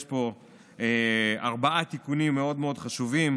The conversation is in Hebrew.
יש פה ארבעה תיקונים מאוד מאוד חשובים: